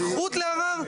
זכות לערר,